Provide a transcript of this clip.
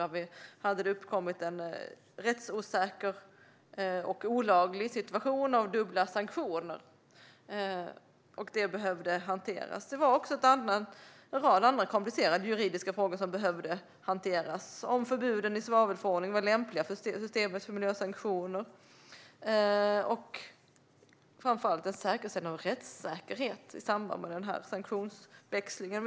Då hade det uppkommit en rättsosäker och olaglig situation av dubbla sanktioner, och det behövde hanteras. Det var också en rad andra komplicerade juridiska frågor som behövde hanteras: om förbuden i svavelförordningen var lämpliga för systemet för miljösanktioner och framför allt att säkerställa rättssäkerhet i samband med den här sanktionsväxlingen.